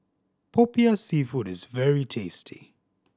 Popiah Seafood is very tasty